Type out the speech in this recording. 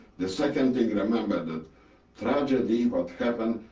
the second thing remember the tragedy, what happened,